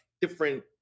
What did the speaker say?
different